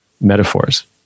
metaphors